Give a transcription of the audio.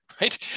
right